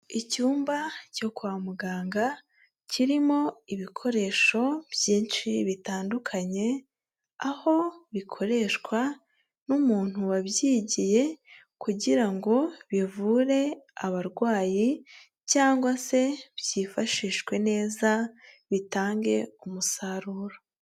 Icyumba cyo kwa muganga, kirimo ibikoresho byinshi bitandukanye, aho bikoreshwa n'umuntu wabyigiye kugira ngo bivure abarwayi cyangwa se byifashishwe neza, bitange umusaruro.